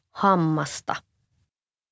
hammasta